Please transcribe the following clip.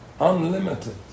unlimited